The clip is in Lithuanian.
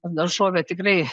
daržovė tikrai